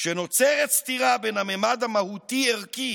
כשנוצרת סתירה בין הממד המהותי-ערכי